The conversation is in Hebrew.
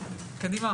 ותמיד יש מלחמה,